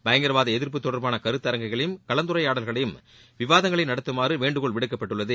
பங்கரவாத எதிர்ப்பு தொடர்பான கருத்தரங்குகளையும் கலந்துரையாடல்களையும் விவாதங்களையும் நடத்துமாறு வேண்டுகோள் விடுக்கப்பட்டுள்ளது